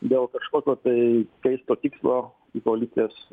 dėl kažkokio tai keisto tikslo į koalicijas